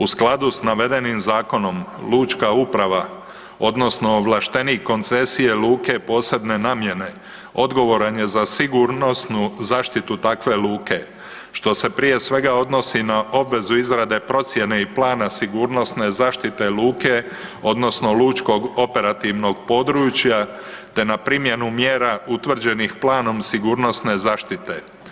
U skladu s navedenim zakonom lučka uprava odnosno ovlaštenik koncesije luke posebne namjene odgovoran je za sigurnosnu zaštitu takve luke što se prije svega odnosi na obvezu izrade procjene i plana sigurnosne zaštite luke odnosno lučkog operativnog područja te na primjenu mjera utvrđenih planom sigurnosne zaštite.